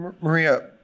Maria